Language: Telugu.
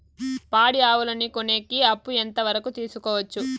పాడి ఆవులని కొనేకి అప్పు ఎంత వరకు తీసుకోవచ్చు?